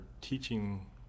teaching